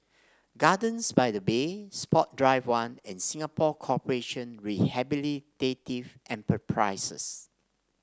Gardens by the Bay Sports Drive One and Singapore Corporation Rehabilitative Enterprises